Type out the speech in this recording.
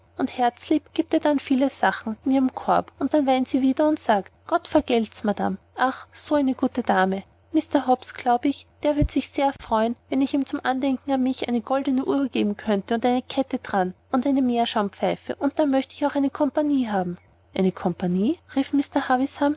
und herzlieb gibt ihr dann viele sachen in ihren korb und dann weint sie wieder und sagt gott vergelt's madame ach so eine gute dame mr hobbs glaube ich der würde sich sehr freuen wenn ich ihm zum andenken an mich eine goldne uhr geben könnte und eine kette daran und eine meerschaumpfeife und dann möchte ich eine compagnie haben eine compagnie rief